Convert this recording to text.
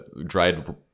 dried